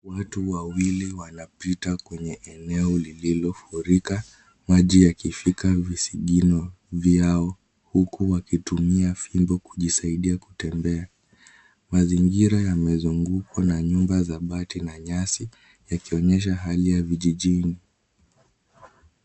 Watu wawili wanapita kwenye eneo lililofuriika maji yakifika visigino vyao huku wakitumia fimbo kujisaidia kutembea. Mazingira yamezungukwa na nyumba za bati na nyasi yakionyesha hali ya vijijini.